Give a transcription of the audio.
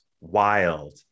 wild